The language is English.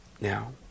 now